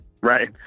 right